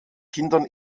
kindern